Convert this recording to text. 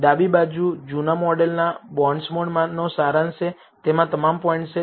ડાબી બાજુ જૂના મોડેલના બોન્ડસ્મોડનો સારાંશ છે જેમાં તમામ પોઇન્ટ્સ છે